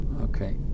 Okay